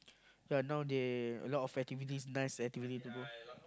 yea now they a lot of activities nice activities to go